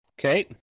Okay